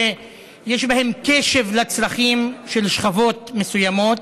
שיש בהן קשב לצרכים של שכבות מסוימות,